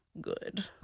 good